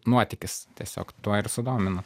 nuotykis tiesiog tuo ir sudomino